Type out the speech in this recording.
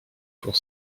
pour